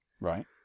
Right